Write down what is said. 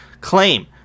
claim